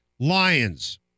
Lions